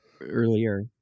earlier